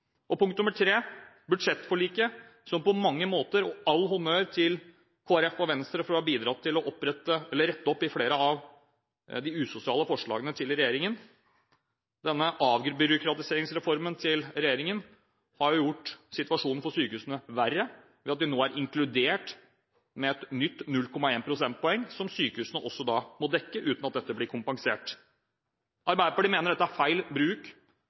sykehusrammen. Punkt nr. 3: Budsjettforliket – all honnør til Kristelig Folkeparti og Venstre for å ha bidratt til å rette opp i flere av de usosiale forslagene til regjeringen – og denne avbyråkratiseringsreformen til regjeringen har gjort situasjonen for sykehusene verre ved at de nå er inkludert med 0,1 pst. som sykehusene også må dekke, uten at dette blir kompensert. Arbeiderpartiet mener det er feil bruk